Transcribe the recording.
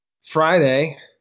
Friday